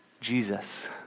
Jesus